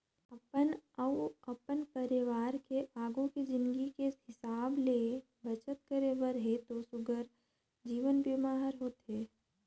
अपन अउ अपन परवार के आघू के जिनगी के हिसाब ले बचत करे बर हे त सुग्घर जीवन बीमा हर होथे